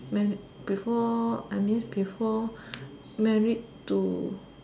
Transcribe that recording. before I means before married to